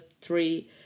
three